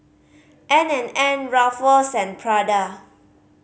N and N Ruffles and Prada